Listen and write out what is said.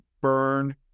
burn